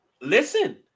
Listen